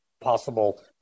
possible